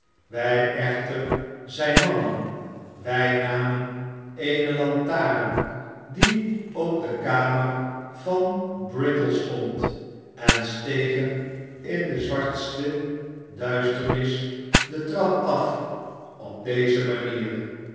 wij echter zijn mannen wij namen eene lantaren die op de kamer van brittles stond en stegen in de zwartste duisternis de trap af op deze manier